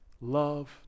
love